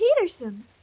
Peterson